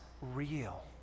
real